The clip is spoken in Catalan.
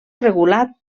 regulat